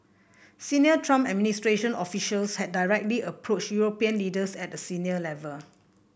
Senior Trump administration officials had directly approached European leaders at a senior level